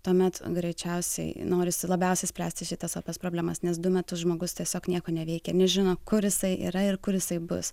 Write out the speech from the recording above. tuomet greičiausiai norisi labiausiai spręsti šitas opias problemas nes du metus žmogus tiesiog nieko neveikia nežino kur jisai yra ir kur jisai bus